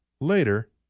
Later